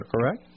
correct